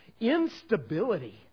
instability